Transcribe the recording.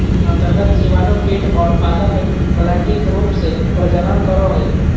अन्तर्गत जीवाणु कीट और पादप अलैंगिक रूप से प्रजनन करो हइ